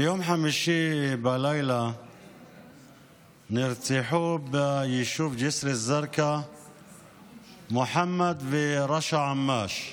ביום חמישי בלילה נרצחו ביישוב ג'יסר א-זרקא מוחמד ורשא עמאש.